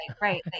right